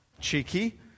cheeky